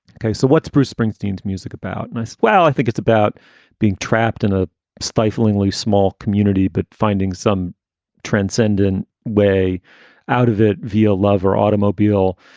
ok. so what's bruce springsteen's music about? and so well, i think it's about being trapped in a stiflingly small community, but finding some transcendent way out of it. viel love or automobile.